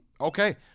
okay